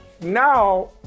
Now